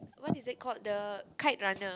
what is it called the Kite Runner